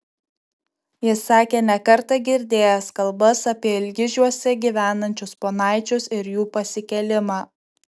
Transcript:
jis sakė ne kartą girdėjęs kalbas apie ilgižiuose gyvenančius ponaičius ir jų pasikėlimą